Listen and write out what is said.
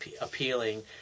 appealing